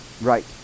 Right